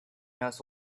knows